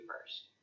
first